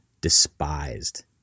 despised